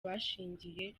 bashingiye